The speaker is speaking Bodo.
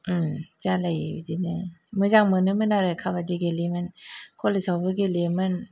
ओम जालायो बिदिनो मोजां मोनोमोन आरो काबादि गेलेयोमोन कलेजावबो गेलेयोमोन